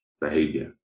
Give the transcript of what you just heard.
behavior